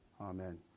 Amen